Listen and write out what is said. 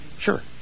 Sure